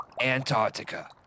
Antarctica